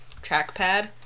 trackpad